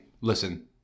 listen